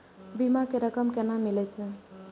बीमा के रकम केना मिले छै?